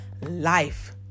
life